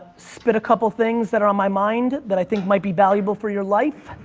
spit a couple things that are on my mind that i think might be valuable for your life,